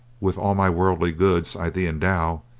with all my worldly goods i thee endow,